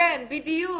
כן, בדיוק.